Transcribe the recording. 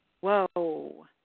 Whoa